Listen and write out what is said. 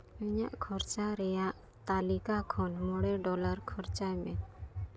ᱤᱧᱟᱹᱜ ᱠᱷᱚᱨᱪᱟ ᱨᱮᱭᱟᱜ ᱛᱟᱹᱞᱤᱠᱟ ᱠᱷᱚᱱ ᱢᱚᱬᱮ ᱰᱚᱞᱟᱨ ᱠᱷᱚᱨᱪᱟᱭ ᱢᱮ